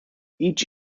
each